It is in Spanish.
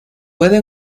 puede